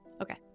Okay